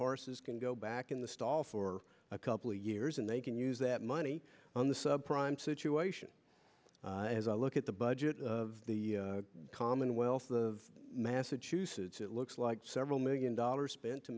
horses can go back in the stall for a couple years and they can use that money on the sub prime situation as i look at the budget of the commonwealth of massachusetts it looks like several million dollars spent to